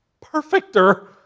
perfecter